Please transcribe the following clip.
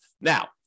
Now